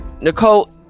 Nicole